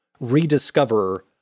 rediscover